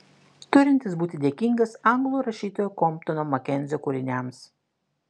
turintis būti dėkingas anglų rašytojo komptono makenzio kūriniams